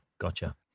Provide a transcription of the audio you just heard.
gotcha